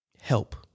Help